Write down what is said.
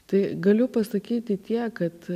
tai galiu pasakyti tiek kad